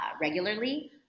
regularly